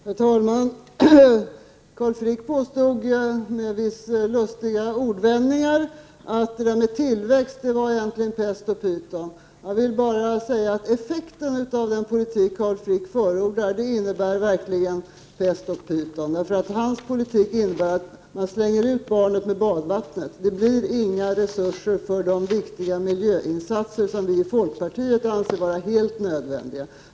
Herr talman! Carl Frick påstod med en del lustiga ordvändningar att det där med tillväxt egentligen bara var pest och pyton. Jag vill bara säga att effekten av den politik som Carl Frick förordar verkligen är pest och pyton, därför att hans politik innebär att man slänger ut barnet med badvattnet. Det blir inga resurser för de viktiga miljöinsatser som vi i folkpartiet anser helt nödvändiga.